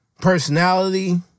personality